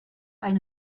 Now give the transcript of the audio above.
eine